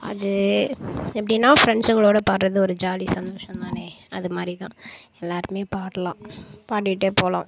அது எப்படின்னா ஃபிரெண்ஸுங்களோடு பாடுவது ஒரு ஜாலி சந்தோஷம் தானே அது மாதிரிதான் எல்லாேருமே பாடலாம் பாடிகிட்டே போகலாம்